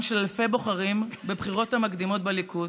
של אלפי בוחרים בבחירות המקדימות בליכוד,